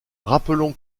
rappelons